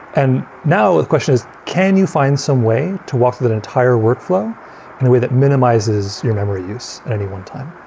and now ah the question is can you find some way to walk that entire workflow in a way that minimizes your memory use at any one time?